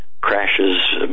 crashes